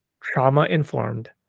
trauma-informed